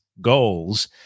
Goals